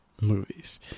movies